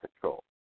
control